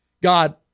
God